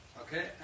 okay